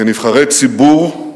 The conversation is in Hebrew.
כנבחרי ציבור,